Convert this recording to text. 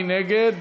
מי נגד?